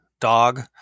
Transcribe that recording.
dog